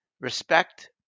respect